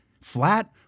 flat